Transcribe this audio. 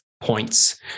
points